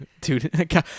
Dude